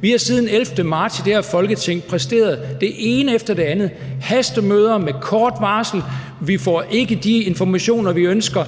Vi har siden den 11. marts i det her Folketing præsteret det ene efter det andet, hastemøder med kort varsel, vi får ikke de informationer, vi ønsker,